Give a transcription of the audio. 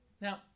Now